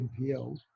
NPL